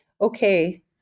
okay